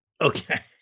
Okay